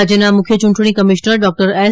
રાજ્યના મુખ્ય ચૂંટણી કમિશનર ડોક્ટર એસ